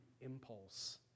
impulse